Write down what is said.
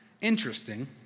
interesting